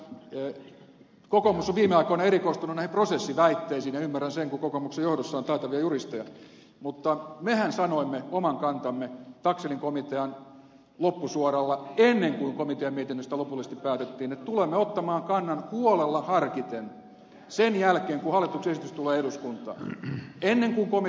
kokoomus on viime aikoina erikoistunut näihin prosessiväitteisiin ja ymmärrän sen kun kokoomuksen johdossa on taitavia juristeja mutta mehän sanoimme oman kantamme taxellin komitean loppusuoralla ennen kuin komitean mietinnöstä lopullisesti päätettiin että tulemme ottamaan kannan huolella harkiten sen jälkeen kun hallituksen esitys tulee eduskuntaan ennen kuin komitean ehdotus lyötiin lukkoon